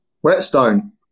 Whetstone